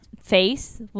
face